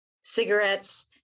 cigarettes